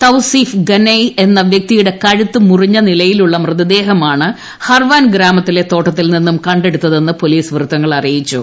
തൌസീഫ് ഗനൈ എന്ന വ്യക്തിയുടെ കഴുത്ത് മുറിഞ്ഞ നിലയിലുള്ള മൃതദേഹമാണ് ഹർവാൻ ഗ്രാമത്തിലെ തോട്ടത്തിൽ നിന്നും കണ്ടെടുത്തതെന്ന് പോലീസ് വൃത്തങ്ങൾ അറിയിച്ചു